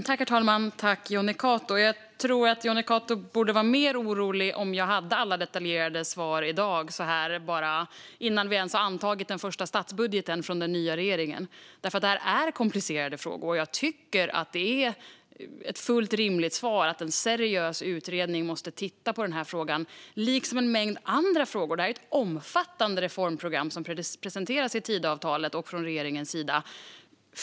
Herr talman! Jonny Cato borde vara mer orolig om jag hade alla detaljerade svar i dag, innan vi ens antagit den första statsbudgeten från den nya regeringen. Det här är komplicerade frågor. Jag tycker att det är ett fullt rimligt svar att en seriös utredning måste titta på den här frågan, liksom en mängd andra frågor. Det är ett omfattande reformprogram som presenteras i Tidöavtalet och från regeringens sida.